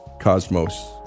cosmos